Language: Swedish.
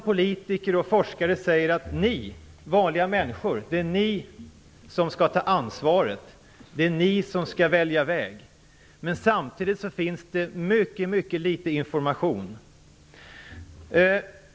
Politiker och forskare säger att vanliga människor skall ta ansvar och välja väg. Samtidigt finns det mycket litet information.